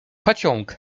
pociąg